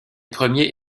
premiers